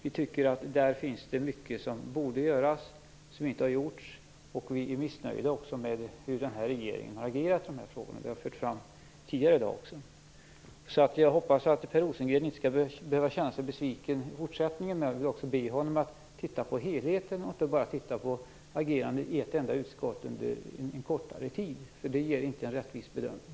Vi tycker att det finns mycket som borde göras som inte har gjorts, och vi är också missnöjda med hur den här regeringen har agerat i dessa frågor. Det har jag också fört fram tidigare i dag. Jag hoppas att Per Rosengren inte skall behöva känna sig besviken i fortsättningen, men jag vill också be honom att titta på helheten och inte bara på agerandet i ett enda utskott under en kortare tid. Det ger inte en rättvis bedömning.